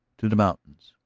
to the mountains.